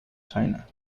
china